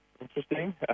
interesting